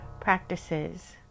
practices